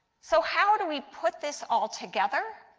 so how do we put this all together?